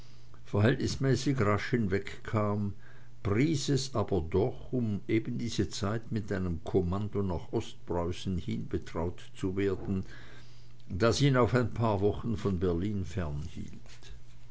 verhältnismäßig rasch hinwegkam pries es aber doch um eben diese zeit mit einem kommando nach ostpreußen hin betraut zu werden das ihn auf ein paar wochen von berlin